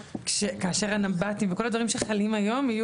וכל הדברים שחלים היום?